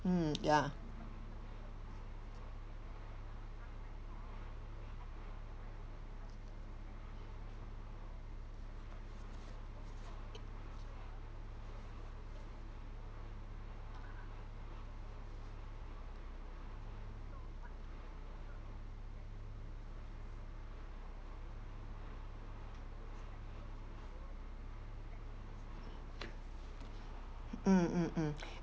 mm ya mm mm mm